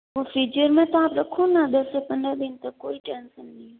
तो फ्रीजर में आप रखो ना दस से पन्द्रह दिन तक कोई टेंसन नहीं है